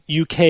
UK